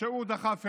שהוא דחף אליה,